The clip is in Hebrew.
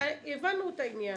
הבנו את העניין.